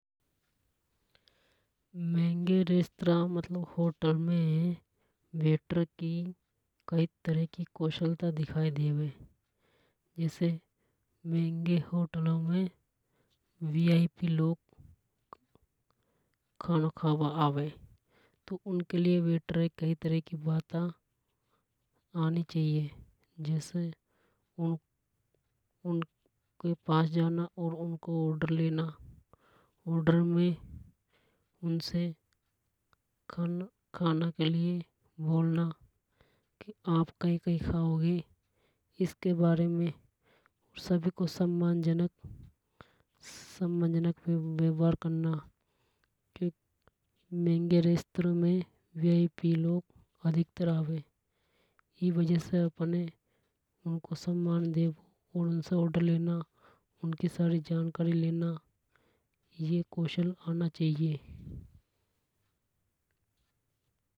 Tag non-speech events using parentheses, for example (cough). महंगे रेस्त्रां मतलब होटल में वेटर की कई तरह की कौशलता दिखाई देवे। जैसे महंगे होटलों में वीआईपी लोग खाना खाबा आवे तो उनके लिए वेटर अ कई तरह की बाता आनी चावे जैसे। (hesitation) उनके पास जाना और उनको ऑडर लेना ऑडर में उनसे खाना के लिए बोलना। आप कई कई खाओगे इस बारे में सभी को सम्मानजनक (hesitation) सम्मानजनक व्यवहार करना क्योंकि महंगे रेस्त्रों में वीआईपी लोग अधिकतर आवे ई वजह से अपने उने सम्मान देबो और उनसे ऑडर लेना उनकी जानकारी लेना यह कौशल आना चाहिए।